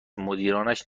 مدیرانش